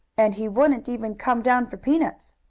and he wouldn't even come down for peanuts,